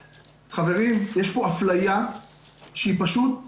חברים, יש פה אפליה שהיא פשוט מדהימה.